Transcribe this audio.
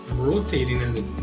rotating in the